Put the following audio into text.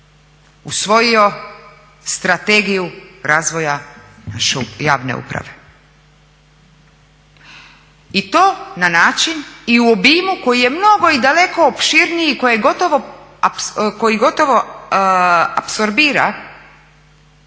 usvojio Strategiju razvoja naše javne uprave. I to na način i u obimu koji je mnogo i daleko opširniji i koji gotovo apsorbira